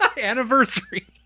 anniversary